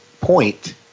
point